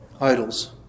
Idols